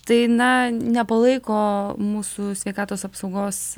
tai na nepalaiko mūsų sveikatos apsaugos